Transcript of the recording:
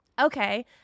okay